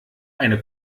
eine